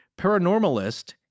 paranormalist